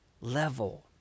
level